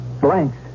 Blanks